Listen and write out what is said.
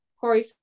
Corey